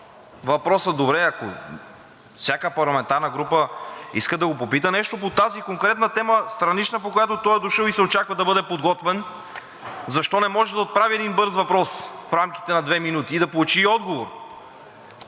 въпросът: добре, ако всяка парламентарна група иска да го попита нещо по тази конкретна тема – странична, по която той е дошъл и се очаква да бъде подготвен, защо не може да отправи един бърз въпрос в рамките на две минути и да получи и отговор?